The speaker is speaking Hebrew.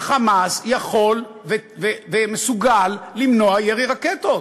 ה"חמאס" יכול ומסוגל למנוע ירי רקטות.